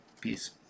Peace